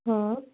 हाँ